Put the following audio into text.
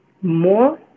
more